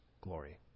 glory